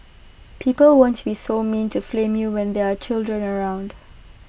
people won't be so mean to flame you when there are children around